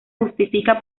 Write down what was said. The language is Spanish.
justifica